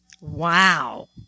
wow